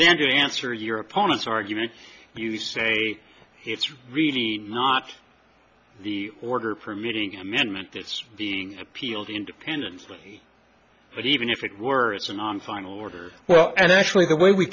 then to answer your opponent's argument you say it's really not the order permitting amendment that's being appealed independently but even if it were a final order well and actually the way we